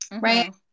Right